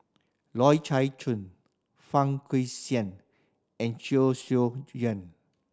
Loy Chye Chuan Fang Guixiang and Chee Soon Juan